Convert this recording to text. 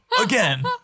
Again